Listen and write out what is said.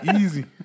Easy